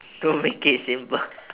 to make it simple